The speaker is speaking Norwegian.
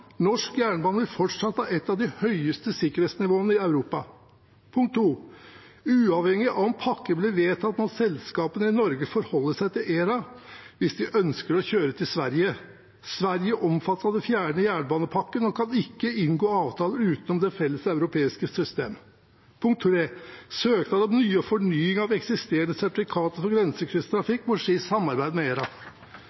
Norsk jernbane vil fortsatt ha et av de høyeste sikkerhetsnivåene i Europa. Uavhengig av om pakken blir vedtatt, må selskapene i Norge forholde seg til ERA hvis de ønsker å kjøre til Sverige. Sverige er omfattet av den fjerde jernbanepakken og kan ikke inngå avtaler utenom det felleseuropeiske systemet. Søknad om fornying av eksisterende sertifikater for